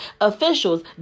officials